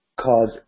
cause